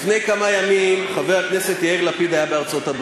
לפני כמה ימים היה חבר הכנסת יאיר לפיד בארצות-הברית,